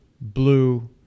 blue